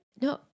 No